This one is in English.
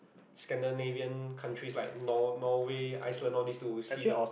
Scandinavian countries like nor~ Norway Iceland all this to see the